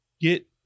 get